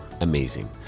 amazing